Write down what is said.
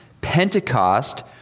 Pentecost